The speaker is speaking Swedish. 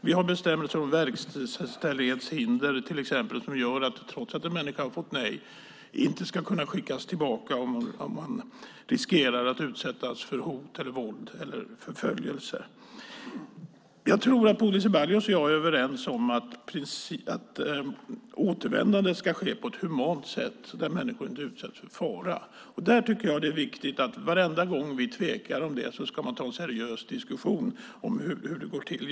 Vi har bestämmelser om till exempel verkställighetshinder som gör att en människa inte ska kunna skickas tillbaka trots att man har fått nej om man riskerar att utsättas för hot, våld eller förföljelse. Jag tror att Bodil Ceballos och jag är överens om att återvändandet ska ske på ett humant sätt där människor inte utsätts för fara. Jag tycker att det är viktigt att varenda gång vi tvekar om detta ska man ta en seriös diskussion om hur det ska gå till.